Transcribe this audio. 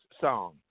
song